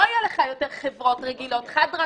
לא יהיה לך יותר חברות רגילות, חד-רשותי,